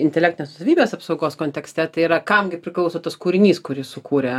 intelektinės nuosavybės apsaugos kontekste tai yra kam gi priklauso tas kūrinys kurį sukūrė